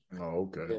okay